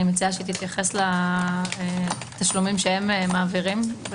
אני מציעה שהיא תתייחס בקצרה לתשלומים שהם מעבירים.